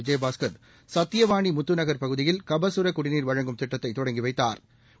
விஜயபாஸ்கர் சத்தியவாணி முத்து நகர் பகுதியில் கபகரக் குடிநீர் வழங்கும் திட்டத்தை தொடங்கி வைத்தாா்